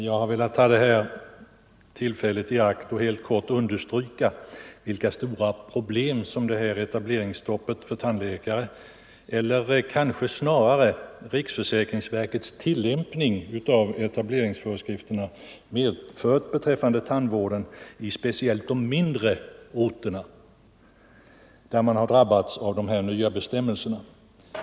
Jag har velat ta detta tillfälle i akt för att helt kort understryka vilka stora problem etableringsstoppet för tandläkare — eller kanske snarare riksförsäkringsverkets tillämpning av etableringsföreskrifterna — medfört beträffande tandvården, speciellt i mindre orter, där de nya bestämmelserna får särskilt negativa konsekvenser.